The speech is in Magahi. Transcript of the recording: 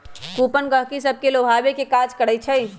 कूपन गहकि सभके लोभावे के काज करइ छइ